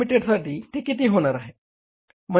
Ltd साठी ते किती होणार आहे